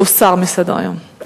הוסר מסדר-היום,